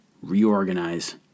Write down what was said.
reorganize